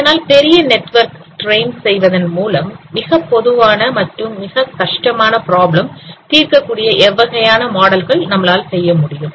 இதனால் பெரிய network train செய்வதன் மூலம் மிக பொதுவான மற்றும் கஷ்டமான பிராப்ளம் தீர்க்கக்கூடிய எவ்வகையான மாடல்கள் செய்யமுடியும்